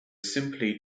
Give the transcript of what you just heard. simply